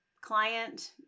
client